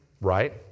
Right